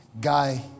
guy